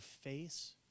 face